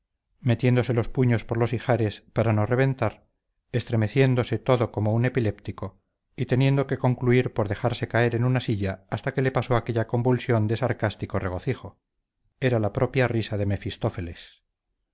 metiéndose los puños por los ijares para no reventar estremeciéndose todo como un epiléptico y teniendo que concluir por dejarse caer en una silla hasta que le pasó aquella convulsión de sarcástico regocijo era la propia risa de mefistófeles